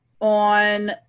on